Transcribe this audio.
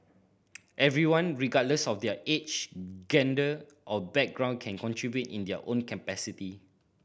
everyone regardless of their age gender or background can contribute in their own capacity